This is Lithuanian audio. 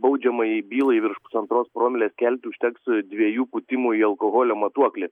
baudžiamajai bylai virš pusantros promilės kelti užteks dviejų pūtimų į alkoholio matuoklį